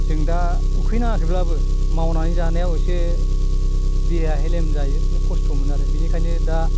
जों दा उखैनाङाखैब्लाबो मावनानै जानायाव इसे देहाया हेलेम जायो कस्त' मोनो आरो बेनिखायनो दा